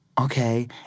okay